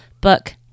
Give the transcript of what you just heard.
book